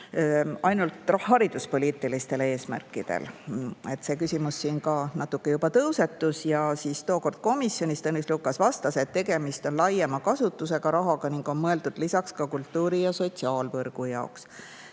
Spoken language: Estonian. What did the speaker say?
ainult hariduspoliitilistel eesmärkidel. See küsimus siin ka natuke juba tõusetus. Tookord komisjonis Tõnis Lukas vastas, et tegemist on laiema kasutusega rahaga ning see on mõeldud lisaks kultuuri ja sotsiaalvõrgu jaoks.